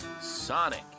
Sonic